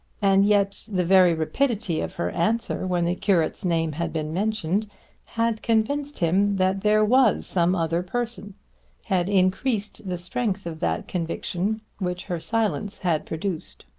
and yet the very rapidity of her answer when the curate's name had been mentioned had convinced him that there was some other person had increased the strength of that conviction which her silence had produced.